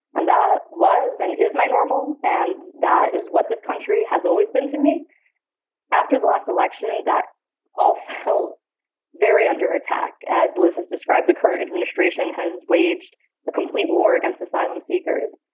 and that was and is my normal. and that is what this country has always been to me after the last election that all felt very under attack. as luis has described, the current administration has waged a complete war against asylum seekers.